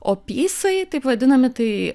o pysai taip vadinami tai